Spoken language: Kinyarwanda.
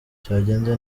cyagenze